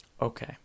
okay